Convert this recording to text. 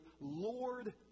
Lord